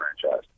franchise